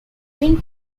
been